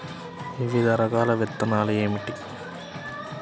వివిధ రకాల విత్తనాలు ఏమిటి?